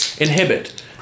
inhibit